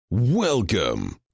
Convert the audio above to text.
Welcome